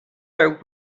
are